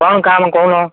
କ'ଣ କାମ କହୁନ